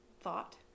thought